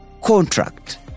contract